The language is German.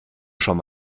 schon